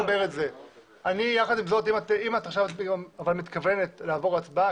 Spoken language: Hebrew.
אני רק אומר שאם את מתכוונת לעבור הצבעה,